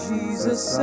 Jesus